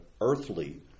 earthly